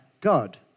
God